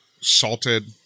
salted